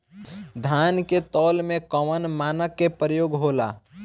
धान के तौल में कवन मानक के प्रयोग हो ला?